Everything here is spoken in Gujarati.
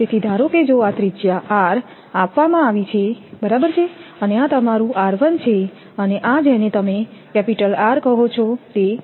તેથી ધારો કે જો આ ત્રિજ્યા r આપવામાં આવી છેબરાબર છે અને આ તમારું r1 છે અને આ જેને તમે R કહો છો છો તે છે